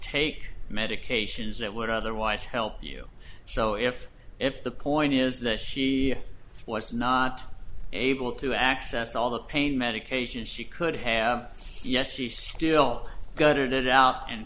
take medications that would otherwise help you so if if the point is that she was not able to access all the pain medication she could have yes she still got it out and